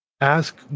Ask